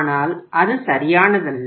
ஆனால் அது சரியானதல்ல